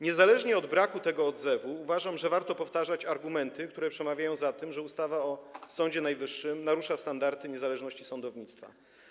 Niezależnie od braku tego odzewu uważam, że warto powtarzać argumenty, które przemawiają za tym, że ustawa o Sądzie Najwyższym narusza standardy niezależności sądownictwa.